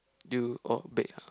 do you orh bake ah